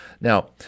Now